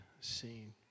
seen